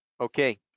Okay